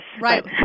Right